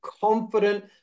confident